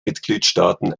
mitgliedstaaten